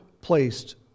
placed